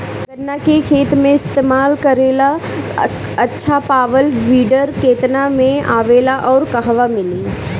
गन्ना के खेत में इस्तेमाल करेला अच्छा पावल वीडर केतना में आवेला अउर कहवा मिली?